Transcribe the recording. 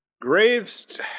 Graves